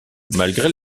malgré